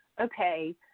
okay